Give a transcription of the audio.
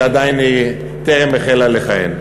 ועדיין היא טרם החלה לכהן.